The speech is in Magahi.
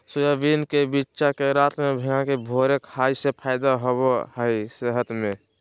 सोयाबीन के बिच्चा के रात में भिगाके भोरे खईला से फायदा होबा हइ सेहत में